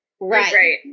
right